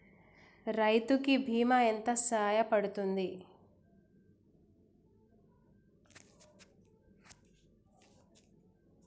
రైతు కి బీమా ఎంత సాయపడ్తది?